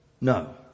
No